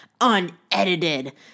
unedited